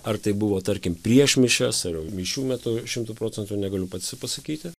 ar tai buvo tarkim prieš mišias ir mišių metu šimtu procentų negaliu pats pasakyti